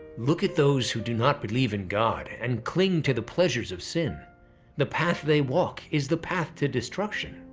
look at those who do not believe in god and cling to the pleasures of sin the path they walk is the path to destruction.